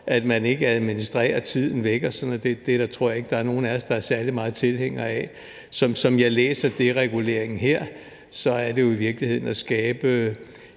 at man ikke administrerer tiden væk og sådan noget. Det tror jeg ikke der er nogen af os der er særlig meget tilhængere af. Som jeg læser dereguleringen her, er det jo i virkeligheden at skabe